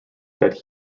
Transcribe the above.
that